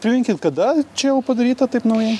priminkit kada čia jau padaryta taip naujai